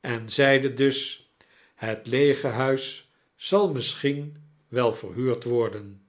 en zeide dus het leege huis zal misschien wel verhuurd worden